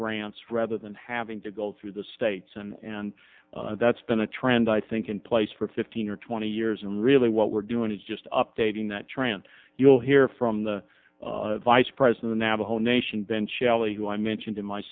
grants rather than having to go through the states and and that's been a trend i think in place for fifteen or twenty years and really what we're doing is just updating that trend you'll hear from the vice president navajo nation ben shelly who i mentioned in my